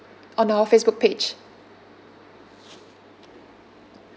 on our Facebook page